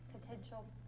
potential